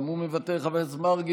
גם הוא מוותר, חבר הכנסת מרגי,